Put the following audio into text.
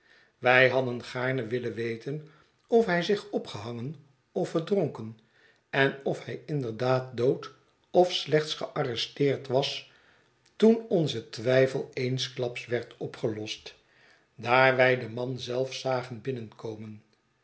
wij hadden gaarne willen weten of hij zich opgehangen of verdronken en of hij inderdaad dood of slechts gearresteerd was toen onze twijfel eensklaps werd opgelost daar wij den man zelf zagen binnenkomen